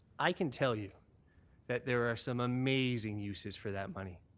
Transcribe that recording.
i can tell you that there are some amazing uses for that money.